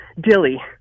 Dilly